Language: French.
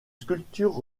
sculpture